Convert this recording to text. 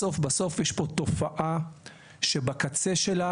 בסוף-בסוף יש פה תופעה שבקצה שלה